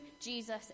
Jesus